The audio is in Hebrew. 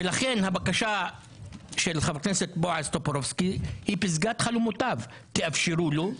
לכן הבקשה של חבר הכנסת בועז טופורובסקי היא פסגת חלומותיו תאפשרו לו,